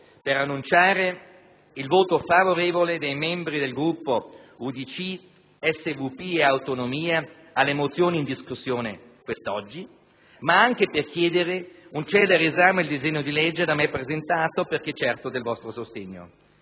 per annunciare il voto favorevole dei membri del Gruppo UDC, SVP e Autonomie alle mozioni in discussione quest'oggi, ma anche per chiedere un celere esame del disegno di legge da me presentato perché certo del vostro sostegno.